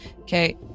Okay